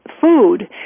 Food